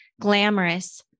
glamorous